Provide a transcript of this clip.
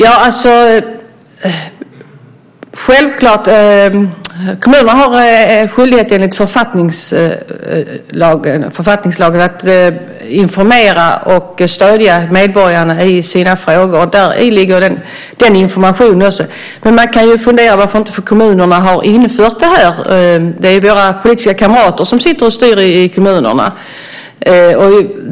Fru talman! Kommunerna har enligt författningslagen självklart skyldighet att informera och stödja medborgarna när de har frågor. Däri ligger också den här informationen. Man kan ju fundera på varför inte kommunerna har infört detta. Det är ju våra politiska kamrater som sitter och styr i kommunerna.